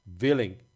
willing